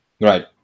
Right